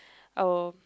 I will